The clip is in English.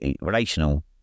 relational